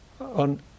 On